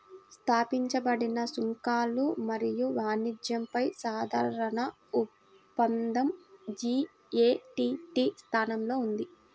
స్థాపించబడిన సుంకాలు మరియు వాణిజ్యంపై సాధారణ ఒప్పందం జి.ఎ.టి.టి స్థానంలో ఉంది